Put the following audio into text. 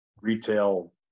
retail